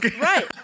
right